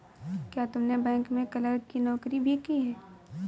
क्या तुमने बैंक में क्लर्क की नौकरी भी की है?